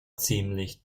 ziemlich